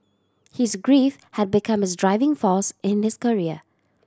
his grief had become his driving force in his career